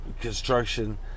construction